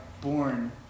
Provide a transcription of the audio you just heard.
born